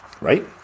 Right